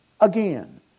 again